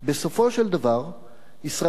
בסופו של דבר ישראל,